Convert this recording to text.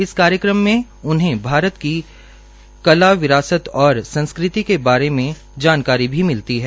इस कार्यक्रम में उन्हें भारत की कला विरासत और संस्कृति के बारे में जानकारी भी मिलती है